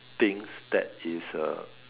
things that is uh